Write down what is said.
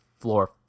floor